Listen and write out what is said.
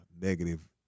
negative